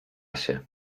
się